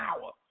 power